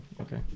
okay